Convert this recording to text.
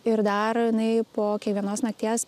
ir dar jinai po kiekvienos nakties